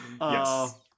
yes